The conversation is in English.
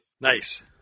Nice